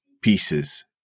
pieces